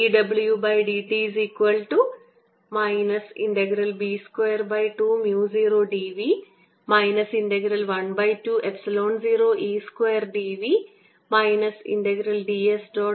dWdt B220dV 120E2dV dS